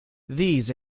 these